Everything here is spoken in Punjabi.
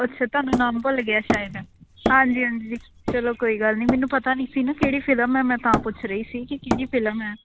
ਅੱਛਾ ਤੁਹਾਨੂੰ ਨਾਮ ਭੁੱਲ ਗਿਆ ਸ਼ਾਇਦ ਹਾਂਜੀ ਹਾਂਜੀ ਚਲੋ ਕੋਈ ਗੱਲ ਨਹੀਂ ਮੈਨੂੰ ਪਤਾ ਨਹੀਂ ਸੀ ਨਾ ਕਿਹੜੀ ਫਿਲਮ ਹੈ ਮੈਂ ਤਾਂ ਪੁੱਛ ਰਹੀ ਸੀ ਕਿ ਕਿਹਦੀ ਫਿਲਮ ਹੈ